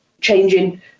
changing